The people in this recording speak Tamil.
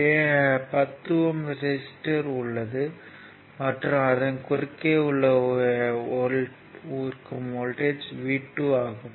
10 ஓம் ரெசிஸ்டர் உள்ளது மற்றும் அதன் குறுக்கே இருக்கும் வோல்ட்டேஜ் V2 ஆகும்